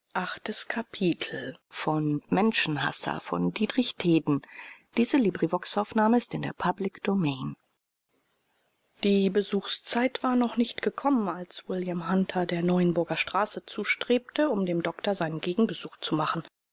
die besuchszeit war noch nicht gekommen als william hunter der neuenburger straße zustrebte um dem doktor seinen gegenbesuch zu machen